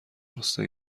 غصه